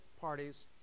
parties